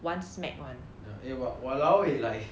eh but !waliao! eh like like